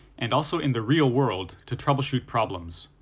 and also in the real world to troubleshoot problems.